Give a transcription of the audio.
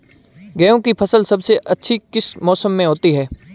गेंहू की फसल सबसे अच्छी किस मौसम में होती है?